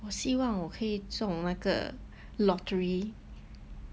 我希望我可以中那个 lottery